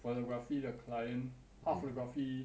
photography the client 他 photography